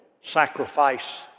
sacrifice